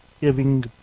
giving